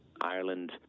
Ireland